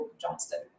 johnston